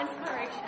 Inspiration